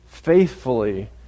faithfully